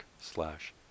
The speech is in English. slash